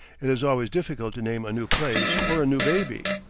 it is always difficult to name a new place or a new baby.